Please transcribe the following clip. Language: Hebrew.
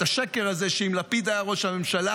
את השקר על זה שאם לפיד היה ראש ממשלה,